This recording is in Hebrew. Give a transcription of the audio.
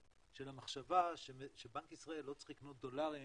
של המחשבה שבנק ישראל לא צריך לקנות דולרים